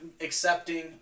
accepting